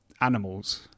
animals